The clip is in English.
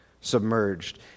submerged